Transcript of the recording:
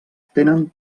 tenen